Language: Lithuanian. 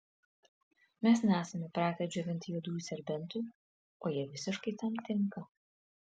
mes nesame pratę džiovinti juodųjų serbentų o jie visiškai tam tinka